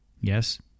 Yes